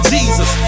Jesus